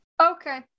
Okay